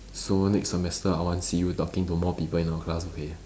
so next semester I want see you talking to more people in our class okay